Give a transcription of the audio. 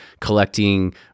collecting